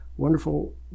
wonderful